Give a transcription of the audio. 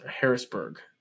Harrisburg